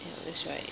ya that's right